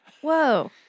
whoa